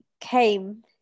came